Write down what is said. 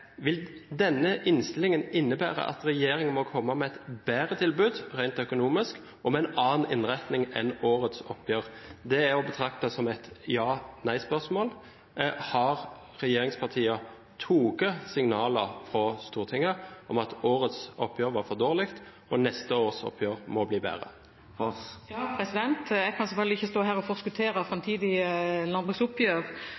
vil innebære at regjeringen må komme med et bedre tilbud – rent økonomisk og med en annen innretning enn årets oppgjør. Det er å betrakte som et ja/nei-spørsmål. Har regjeringspartiene tatt signalene fra Stortinget om at årets oppgjør er for dårlig, og at neste års oppgjør må bli bedre? Jeg kan selvfølgelig ikke stå her og forskuttere